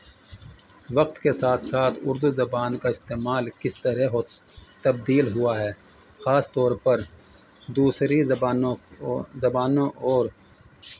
وقت کے ساتھ ساتھ اردو زبان کا استعمال کس طرح ہو تبدیل ہوا ہے خاص طور پر دوسری زبانوں او زبانوں اور